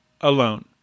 alone